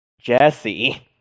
Jesse